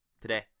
today